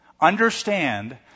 understand